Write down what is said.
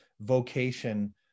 vocation